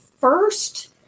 first